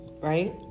Right